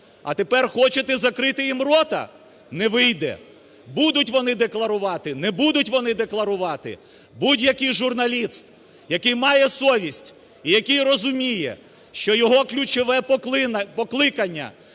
А тепер хочете закрити їм рота? Не вийде. Будуть вони декларувати, не будуть вони декларувати… Будь-який журналіст, який має совість і який розуміє, що його ключове покликання –